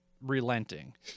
relenting